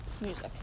music